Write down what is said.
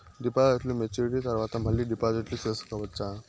డిపాజిట్లు మెచ్యూరిటీ తర్వాత మళ్ళీ డిపాజిట్లు సేసుకోవచ్చా?